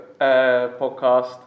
podcast